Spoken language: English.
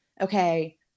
okay